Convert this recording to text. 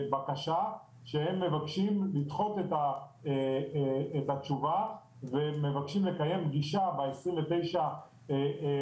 בקשה שהם מבקשים לדחות את התשובה והם מבקשים לקיים פגישה ב-29 בספטמבר,